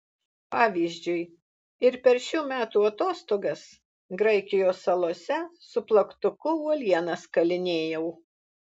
pavyzdžiui ir per šių metų atostogas graikijos salose su plaktuku uolienas kalinėjau